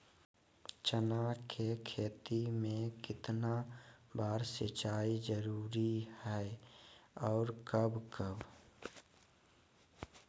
चना के खेत में कितना बार सिंचाई जरुरी है और कब कब?